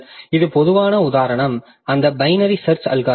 ஒரு பொதுவான உதாரணம் அந்த பைனரி சர்ச் அல்காரிதம்